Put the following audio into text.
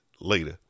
Later